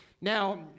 Now